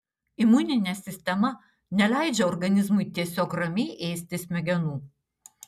imuninė sistema neleidžia organizmui tiesiog ramiai ėsti smegenų